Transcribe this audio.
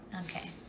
Okay